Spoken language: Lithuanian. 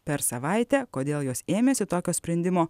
per savaitę kodėl jos ėmėsi tokio sprendimo